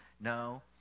No